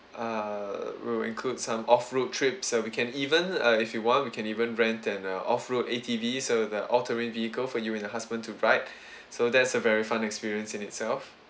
err we'll include some off road trip so we can even uh if you want we can even rent an uh off road A_T_V so the all terrain vehicle for you and your husband to ride so that's a very fun experience in itself